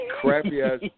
crappy-ass